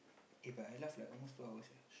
eh but I laugh like almost two hours sia